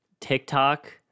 TikTok